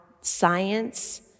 science